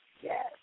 Yes